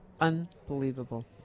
unbelievable